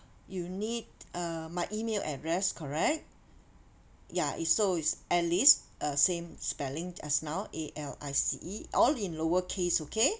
you need uh my email address correct ya it's so is alice uh same spelling just now A L I C E all in lower case okay